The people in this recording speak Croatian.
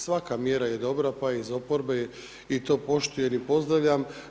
Svaka mjera je dobra pa i iz oporbe i to poštujem i pozdravljam.